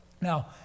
now